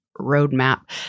roadmap